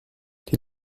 die